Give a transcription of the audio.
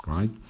right